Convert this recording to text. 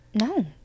no